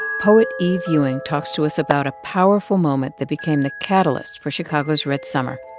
poet eve ewing talks to us about a powerful moment that became the catalyst for chicago's red summer.